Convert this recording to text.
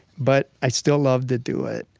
but i still love to do it.